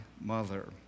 mother